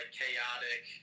Chaotic